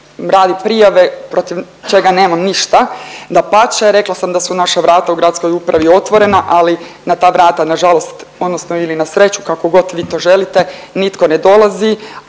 radi prijave protiv čega nemam ništa, dapače. Rekla sam da su naša vrata u gradskoj upravi otvorena ali na ta vrata na žalost odnosno ili na sreću kako god vi to želite, nitko ne dolazi,